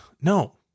No